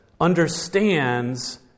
understands